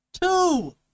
Two